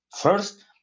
first